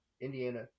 indiana